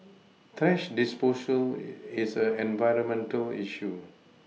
thrash disposal is an environmental issue